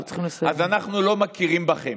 אנחנו לא מכירים בכם.